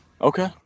Okay